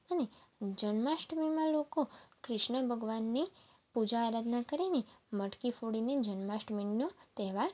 અને જન્માષ્ટમીમાં લોકો કૃષ્ણ ભગવાનની પૂજા આરાધના કરીને મટકી ફોડીને જન્માષ્ટમીનો તહેવાર